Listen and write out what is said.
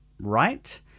right